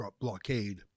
blockade